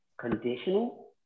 conditional